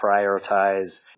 prioritize